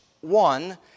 one